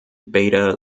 beta